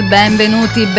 benvenuti